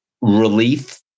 relief